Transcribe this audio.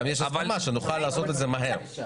גם יש הסכמה שנוכל לעשות את זה מהר.